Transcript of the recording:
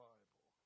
Bible